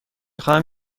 خواهم